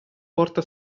porta